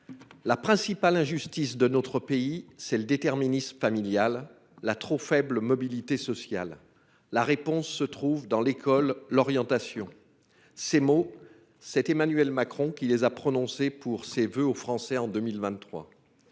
La principale injustice de notre pays, c'est le déterminisme familial, la trop faible mobilité sociale. La réponse se trouve dans l'école. L'orientation ces mots, c'est Emmanuel Macron qui les a prononcés pour ses voeux aux Français en 2023.